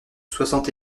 soixante